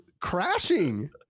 crashing